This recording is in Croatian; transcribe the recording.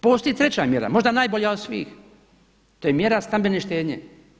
Postoji treća mjera, možda najbolja od svih, to je mjera stambene štednje.